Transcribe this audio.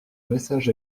message